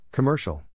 Commercial